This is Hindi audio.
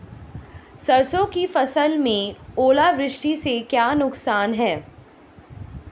सरसों की फसल में ओलावृष्टि से क्या नुकसान है?